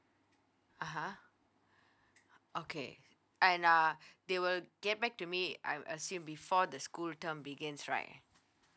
(uh huh) okay and uh they will get back to me I assume before the school term begins right